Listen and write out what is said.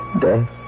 Death